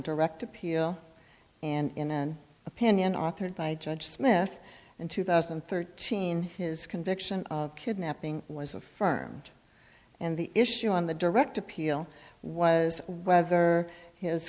direct appeal and in an opinion authored by judge smith in two thousand and thirteen his conviction of kidnapping was affirmed and the issue on the direct appeal was whether his